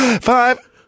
Five